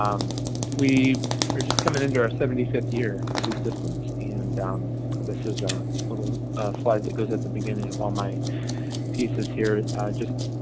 um we are just coming into our seventy fifth year of existence, and um this is a little slide that goes at the beginning of all my pieces here just